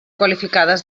qualificades